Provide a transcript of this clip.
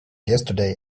yesterday